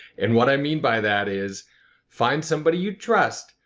and what i mean by that is find somebody you trust,